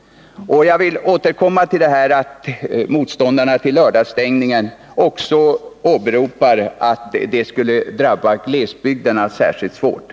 Jag vill återkomma till att motståndarna till lördagsstängningen också åberopar att det skulle drabba glesbygderna särskilt svårt.